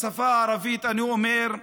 בשפה הערבית אני אומר: